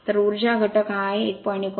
तर ऊर्जा घटक हा आहे 1